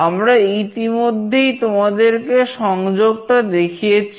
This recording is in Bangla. আমরা ইতিমধ্যেই তোমাদেরকে সংযোগটা দেখিয়েছি